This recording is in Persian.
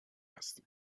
هستیم